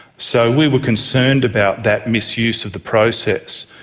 so we were concerned about that misuse of the process,